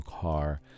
car